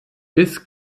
bis